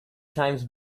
times